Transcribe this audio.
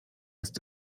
ist